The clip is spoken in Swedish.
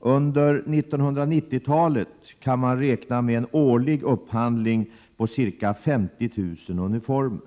Under 1990-talet kan man räkna med en årlig upphandling på ca 50 000 uniformer.